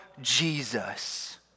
Jesus